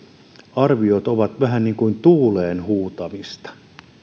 arviot ovat vähän niin kuin tuuleen huutamista